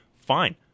Fine